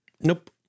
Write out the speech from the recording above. Nope